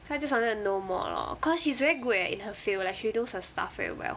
so I just wanted to know more lor cause she's very good eh in her field like she knows her stuff very well